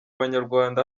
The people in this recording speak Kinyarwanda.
banyarwanda